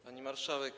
Pani Marszałek!